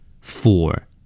Four